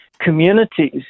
communities